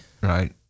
Right